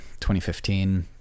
2015